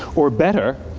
or better,